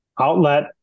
outlet